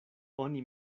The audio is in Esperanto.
oni